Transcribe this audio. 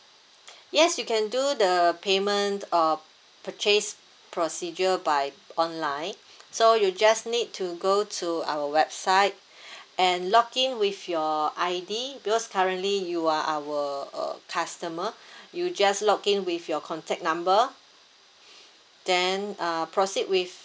yes you can do the payment or purchase procedure by online so you just need to go to our website and login with your I_D because currently you are our customer you just login with your contact number then uh proceed with